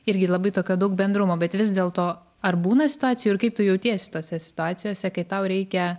irgi labai tokio daug bendrumo bet vis dėlto ar būna situacijų ir kaip tu jautiesi tose situacijose kai tau reikia